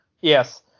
yes